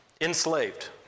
Enslaved